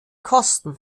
kosten